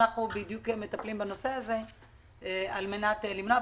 אנחנו מטפלים בנושא הזה על מנת למנוע,